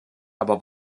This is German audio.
aber